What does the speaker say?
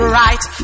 right